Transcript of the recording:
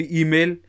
email